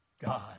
God